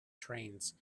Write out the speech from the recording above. trains